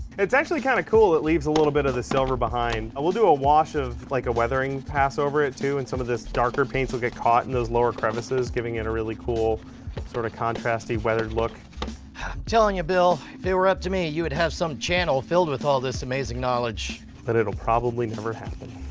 it's actually kind of cool it leaves a little bit of the silver behind and we'll do a wash of like a weathering pass over it too and some of this darker paints will get caught in those lower crevices giving it a really cool sort of contrast-y a weathered look. i'm telling you bill, if it were up to me you would have some channel filled with all this amazing knowledge. butt and it'll probably never happen.